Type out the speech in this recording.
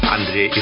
Andre